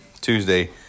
Tuesday